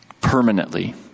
permanently